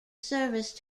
service